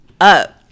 up